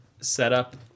setup